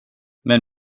men